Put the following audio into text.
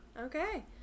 Okay